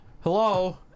Hello